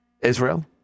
Israel